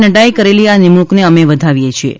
નડ્ડાએ કરેલી આ નિમણૂંકને અમે વધાવીએ છીયે